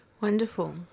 Wonderful